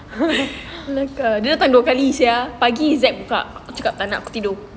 dia datang dua kali sia pagi zac buka aku cakap tak nak aku tidur